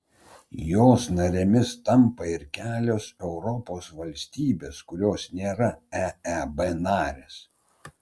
jos narėmis tampa ir kelios europos valstybės kurios nėra eeb narės